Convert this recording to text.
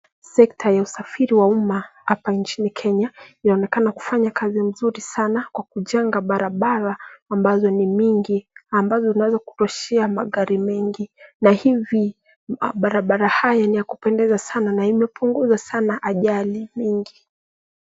Sekta wa usafiri wa umma hapa nchini Kenya inaonekana kufanya kazi nzuri sana kwa kujenga barabara ambazo ni mingi ambazo zinaweza kutoshea magari mengi na hivi barabara haya ni ya kupendeza sana na imepunguza sana ajali mingi.